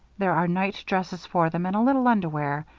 there are night-dresses for them and a little underwear,